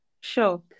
Sure